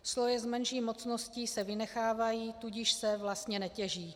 Sloje s menší mocností se vynechávají, tudíž se vlastně netěží.